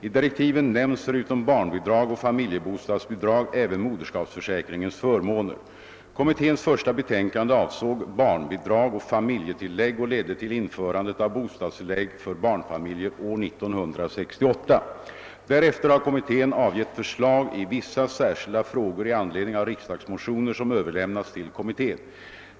I direktiven nämns förutom barnbidrag och familjebostadsbidrag även moderskapsförsäkringens förmåner. Kommitténs första betänkande avsåg barnbidrag och familjetillägg och ledde till införandet av bostadstillägg för barnfamiljer år 1968. Därefter har kommittén avgett förslag i vissa särskilda frågor i anledning av riksdagsmotioner som överlämnats till kommittén.